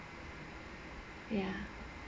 ya